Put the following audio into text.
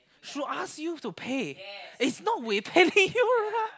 should ask you to pay it's not we pay you right